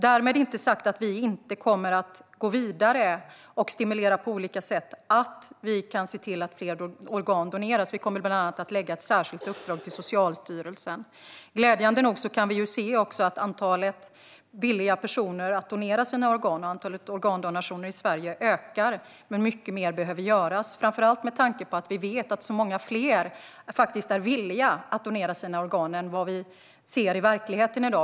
Därmed inte sagt att vi inte kommer att gå vidare och på olika sätt stimulera att fler organ doneras. Vi kommer bland annat att ge Socialstyrelsen ett särskilt uppdrag. Glädjande nog kan vi se att både antalet personer som är villiga att donera sina organ och antalet organdonationer i Sverige ökar. Mycket mer behöver dock göras, framför allt med tanke på att vi vet att många fler är villiga att donera sina organ än vad vi ser i verkligheten i dag.